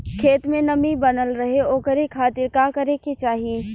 खेत में नमी बनल रहे ओकरे खाती का करे के चाही?